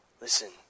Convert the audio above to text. listen